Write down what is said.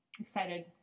excited